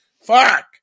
Fuck